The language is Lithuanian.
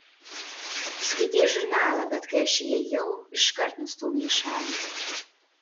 skaitei žurnalą bet kai aš įėjau iškart nustūmei į šalį